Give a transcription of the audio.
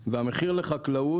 והמחיר לחקלאות,